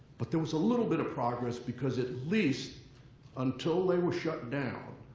but there was a little bit of progress. because at least until they were shut down,